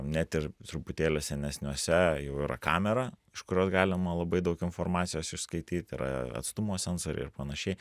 net ir truputėlį senesniuose jau yra kamera iš kurios galima labai daug informacijos išskaityt yra atstumo sensoriai ir panašiai